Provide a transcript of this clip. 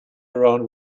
around